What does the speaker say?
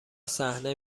صحنه